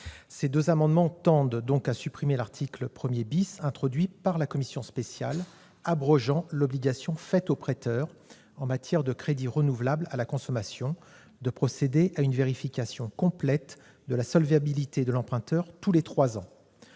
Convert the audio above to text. et 30 rectifié tendent à supprimer l'article 1 , introduit par la commission spéciale, qui abroge l'obligation faite aux prêteurs en matière de crédit renouvelable à la consommation de procéder à une vérification complète de la solvabilité de l'emprunteur tous les trois ans.